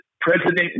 President